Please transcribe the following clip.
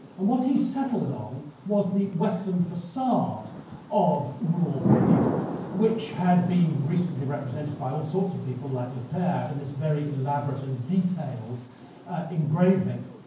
and what he settled on was the western facade of rouen cathedral which had been recently represented by all sorts of people like lepere in this very elaborate and detailed engraving.